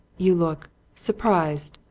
you look surprised.